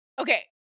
Okay